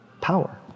power